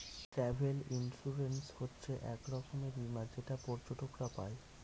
travel insurance হচ্ছে এক রকমের বীমা যেটা পর্যটকরা পাই